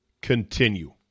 continue